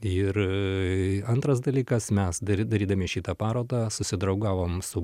ir antras dalykas mes dar darydami šitą parodą susidraugavom su